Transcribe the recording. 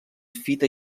fita